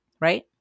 Right